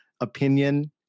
opinion